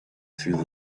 through